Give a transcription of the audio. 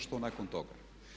Što nakon toga?